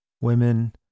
Women